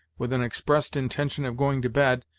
with an expressed intention of going to bed,